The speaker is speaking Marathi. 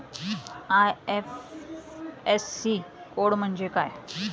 आय.एफ.एस.सी कोड म्हणजे काय?